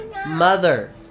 Mother